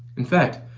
in fact,